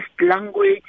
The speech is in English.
language